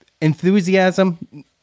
Enthusiasm